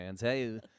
Hey